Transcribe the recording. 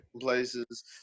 places